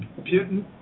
Putin